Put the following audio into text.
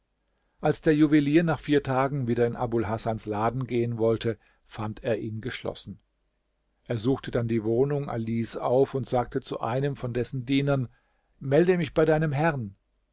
als der juwelier nach vier tagen wieder in abul hasans laden gehen wollte fand er ihn geschlossen er suchte dann die wohnung alis auf und sagte zu einem von dessen dienern melde mich bei deinem herrn